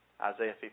Isaiah